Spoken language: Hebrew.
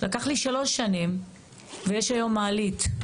לקח לי שלוש שנים ויש היום מעלית.